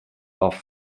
off